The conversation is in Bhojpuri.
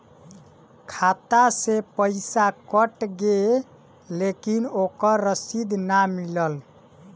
खाता से पइसा कट गेलऽ लेकिन ओकर रशिद न मिलल?